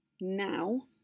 now